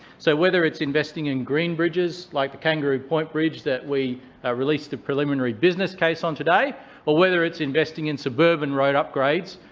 so whether it's investing in green bridges, like the kangaroo point bridge that we ah released the preliminary business case on today, or whether it's investing in suburban road upgrades,